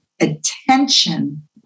attention